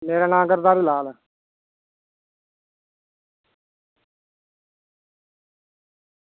मेरा नांऽ गिरधारी लाल ऐ